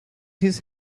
his